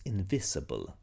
Invisible